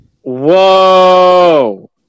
Whoa